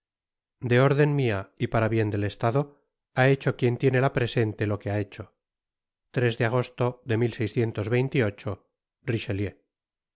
de órden mia y para el bien del estado ha hecho quien tiene la presente lo que ha hecho de agosto de